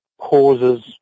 causes